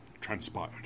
transpired